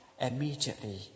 Immediately